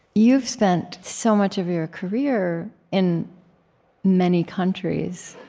you've spent so much of your career in many countries,